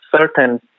certain